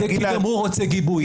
גם הוא רוצה גיבוי.